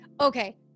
okay